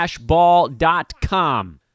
ball.com